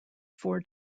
four